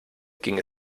ging